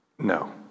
No